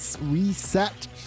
reset